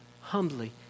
humbly